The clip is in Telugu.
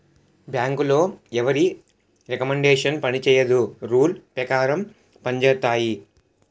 బ్యాంకులో ఎవరి రికమండేషన్ పనిచేయదు రూల్ పేకారం పంజేత్తాయి